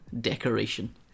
decoration